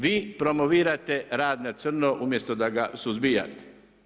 Vi promovirate rad na crno umjesto da ga suzbijate.